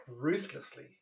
ruthlessly